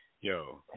yo